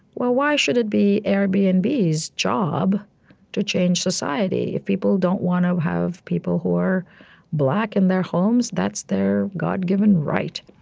well, why should it be airbnb's and so job to change society? if people don't want to have people who are black in their homes, that's their god-given right.